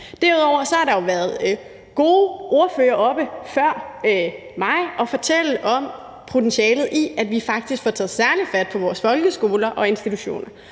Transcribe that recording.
Derudover har der været gode ordførere oppe før mig og fortælle om potentialet i, at vi faktisk får taget særligt fat på vores folkeskoler og institutioner,